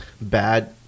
bad